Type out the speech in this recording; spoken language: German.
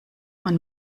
man